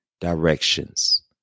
directions